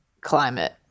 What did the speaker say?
climate